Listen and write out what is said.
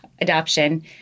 adoption